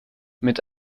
mit